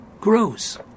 grows